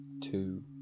two